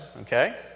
okay